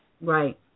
Right